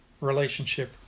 relationship